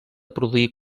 produir